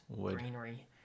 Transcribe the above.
greenery